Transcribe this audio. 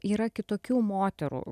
yra kitokių moterų